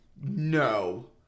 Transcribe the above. No